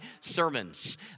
sermons